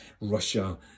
Russia